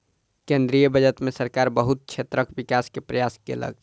केंद्रीय बजट में सरकार बहुत क्षेत्रक विकास के प्रयास केलक